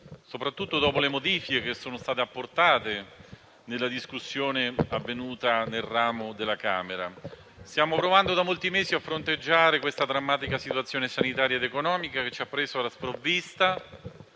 soprattutto dopo le modifiche che sono state apportate nella discussione avvenuta nell'altro ramo del Parlamento. Stiamo provando da molti mesi a fronteggiare la drammatica situazione sanitaria ed economica che ci ha preso alla sprovvista,